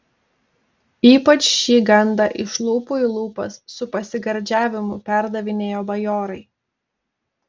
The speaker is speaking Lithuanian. ypač šį gandą iš lūpų į lūpas su pasigardžiavimu perdavinėjo bajorai